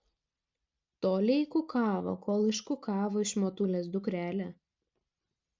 tolei kukavo kol iškukavo iš motulės dukrelę